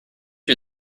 you